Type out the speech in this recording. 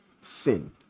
sin